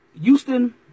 Houston